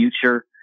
future